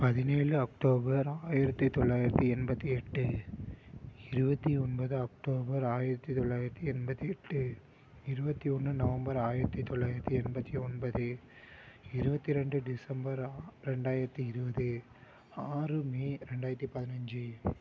பதினேழு அக்டோபர் ஆயிரத்து தொள்ளாயிரத்து எண்பத்து எட்டு இருபத்தி ஒன்பது அக்டோபர் ஆயிரத்து தொள்ளாயிரத்து எண்பத்தி எட்டு இருபத்தி ஒன்று நவம்பர் ஆயிரத்து தொள்ளாயிரத்து எண்பத்து ஒன்பது இருபத்திரெண்டு டிசம்பர் ரெண்டாயிரத்து இருபது ஆறு மே ரெண்டாயிரத்து பதினஞ்சு